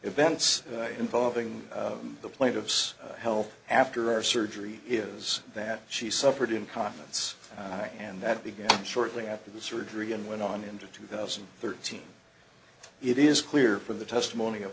events involving the plaintiffs health after our surgery is that she suffered in confidence and that began shortly after the surgery and went on into two thousand and thirteen it is clear from the testimony of